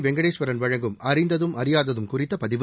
வெங்கடேஸ்வரன் வழங்கும் அறிந்ததும் அறியாததும் குறித்த பதிவு